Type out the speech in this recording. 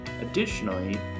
Additionally